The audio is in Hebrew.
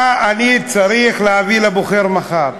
מה אני צריך להגיד לבוחר מחר.